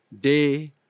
day